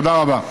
תודה רבה.